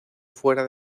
fuera